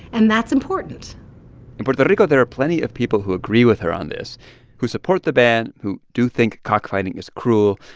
and that's important in puerto rico, there are plenty of people who agree with her on this who support the ban, who do think cockfighting is cruel,